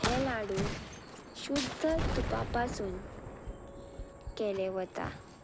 हे लाडू शुद्द तुपा पासून केले वता